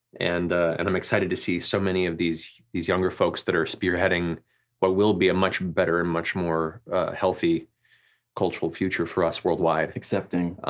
and and i'm excited to see so many of these these younger folks that are spearheading what will be a much better, and much more healthy cultural future for us worldwide. accepting.